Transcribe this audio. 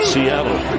Seattle